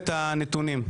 שאי אפשר להעביר את הנתונים.